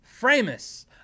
Framus